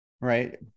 Right